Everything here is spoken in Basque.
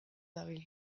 dabil